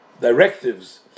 directives